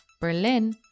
Berlin